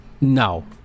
No